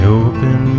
open